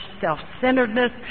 self-centeredness